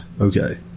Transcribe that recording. Okay